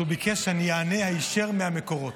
הוא ביקש שאני אענה היישר מהמקורות.